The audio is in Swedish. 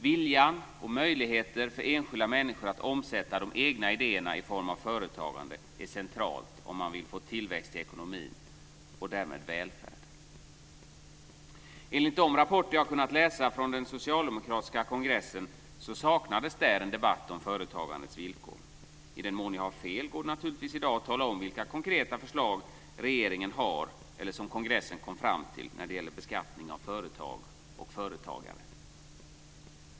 Viljan och möjligheten för enskilda människor att omsätta de egna idéerna i form av företagande är centralt om man vill få tillväxt i ekonomin och därmed välfärd. Enligt de rapporter jag kunnat läsa från den socialdemokratiska kongressen saknades där en debatt om företagandets villkor. I den mån jag har fel går det naturligtvis i dag att tala om vilka konkreta förslag regeringen har, eller kongressen kom fram till, när det gäller beskattning av företag och företagare.